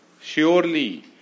surely